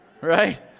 right